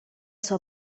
sua